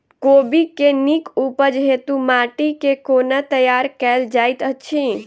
कोबी केँ नीक उपज हेतु माटि केँ कोना तैयार कएल जाइत अछि?